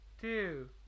Two